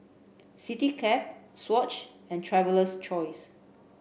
Citycab Swatch and Traveler's Choice